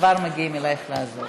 כבר מגיעים אליך לעזור.